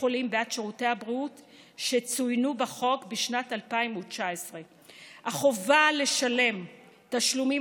החולים בעד שירותי הבריאות שצוינו בחוק בשנת 2019. החובה לשלם תשלומים